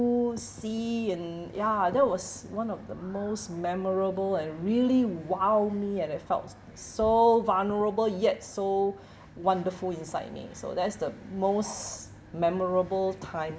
sea and ya that was one of the most memorable and really !wow! me and I felt so vulnerable yet so wonderful inside me so that is the most memorable time